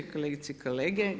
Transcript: Kolegice i kolege.